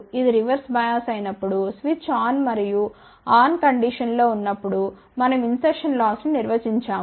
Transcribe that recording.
ఇది reverse bias అయినప్పుడు switch on మరియు ఆన్ కండిషన్లో ఉన్నప్పుడు మనం ఇన్సర్షన్ లాస్ గా నిర్వచించాము